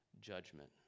judgment